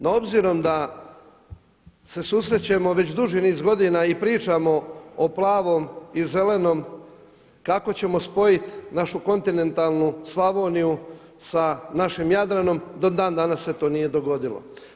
No obzirom da se susrećemo već duži niz godina i pričamo o plavom i zelenom kako ćemo spojiti našu kontinentalnu Slavoniju sa našim Jadranom, do dan danas se nije dogodilo.